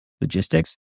Logistics